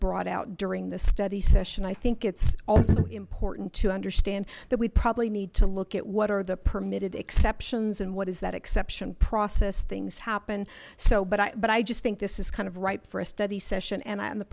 brought out during the study session i think it's also important to understand that we'd probably need to look at what are the permitted exceptions and what is that exception process things happen so but but i just think this is kind of ripe for a study session and i